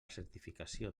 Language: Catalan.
certificació